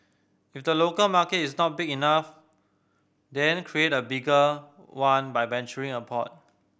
if the local market is not big enough then create a bigger one by venturing abroad